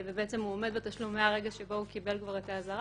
ובעצם הוא עומד בתשלום מהרגע שבו הוא קיבל כבר את האזהרה.